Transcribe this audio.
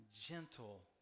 gentle